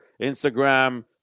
Instagram